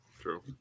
True